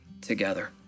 together